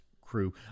crew